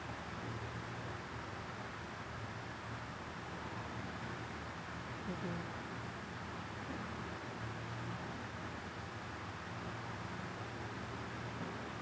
mmhmm